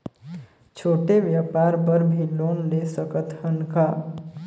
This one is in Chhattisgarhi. छोटे व्यापार बर भी लोन ले सकत हन का?